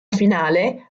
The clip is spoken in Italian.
finale